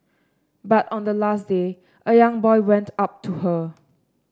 but on the last day a young boy went up to her